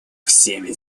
всеми